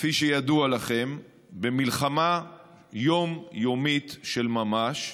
כפי שידוע לכם, במלחמה יומיומית של ממש,